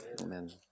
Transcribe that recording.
Amen